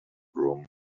groom